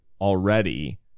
already